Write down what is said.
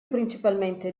principalmente